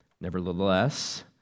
Nevertheless